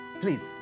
Please